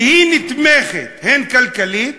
שהיא נתמכת הן כלכלית